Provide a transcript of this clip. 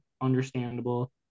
Understandable